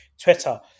twitter